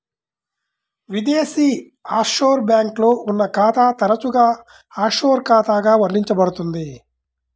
విదేశీ ఆఫ్షోర్ బ్యాంక్లో ఉన్న ఖాతా తరచుగా ఆఫ్షోర్ ఖాతాగా వర్ణించబడుతుంది